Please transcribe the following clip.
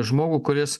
žmogų kuris